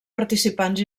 participants